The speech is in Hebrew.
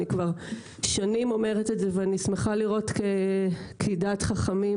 ואני נותן דוגמה את קמביום בירוחם,